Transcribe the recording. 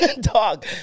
Dog